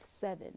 seven